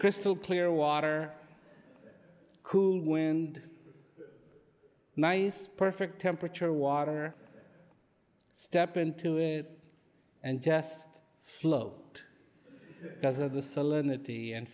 crystal clear water cooled wind nice perfect temperature water or step into it and just float because of the solemnity and